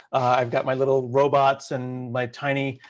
i've got my little robots and my tiny,